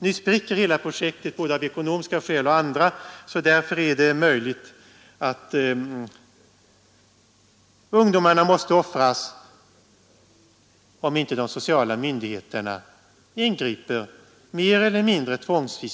Nu spricker hela projektet av både ekonomiska skäl och andra, och därför är Nr 106 Fredagen den åstadkommas. FR I juni 1973 Fru talman!